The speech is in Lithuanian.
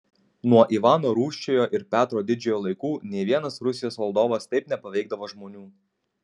nuo ivano rūsčiojo ir petro didžiojo laikų nė vienas rusijos valdovas taip nepaveikdavo žmonių